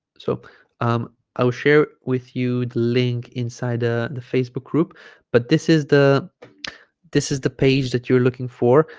so um i'll share with you the link inside ah the facebook group but this is the this is the page that you're looking for